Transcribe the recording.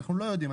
אנחנו לא יודעים,